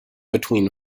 between